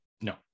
No